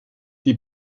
die